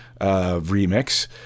remix